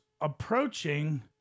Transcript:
approaching